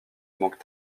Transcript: manque